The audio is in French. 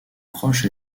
proche